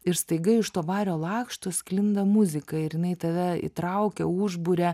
ir staiga iš to vario lakštų sklinda muzika ir jinai tave įtraukia užburia